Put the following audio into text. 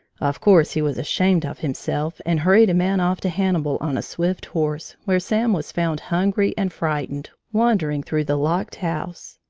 of course he was ashamed of himself and hurried a man off to hannibal, on a swift horse, where sam was found hungry and frightened, wandering through the locked house.